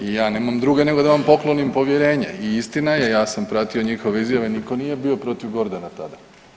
I ja nema druge nego da vam poklonim povjerenje i istina je, ja sam pratio njihove izjave nitko nije bio protiv Gordana tada.